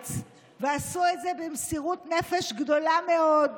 הארץ ועשו את זה במסירות נפש גדולה מאוד,